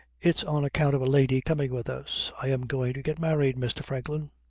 it's on account of a lady coming with us. i am going to get married, mr. franklin!